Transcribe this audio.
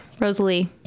Rosalie